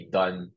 done